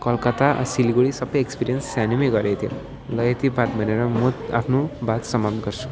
कलकत्ता सिलिगुडी सबै एक्सपेरियन्स सानोमै गरेको थियो र यति बात भनेर म आफ्नो बात समाप्त गर्छु